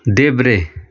देब्रे